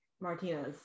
Martinez